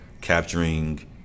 capturing